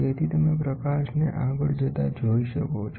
તેથી તમે પ્રકાશને આગળ જતા જોઈ શકો છો